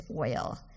oil